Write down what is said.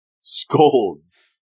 scolds